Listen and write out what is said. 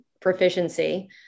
proficiency